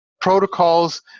protocols